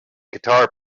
guitar